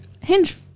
hinge